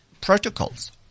protocols